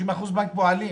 30% בנק הפועלים.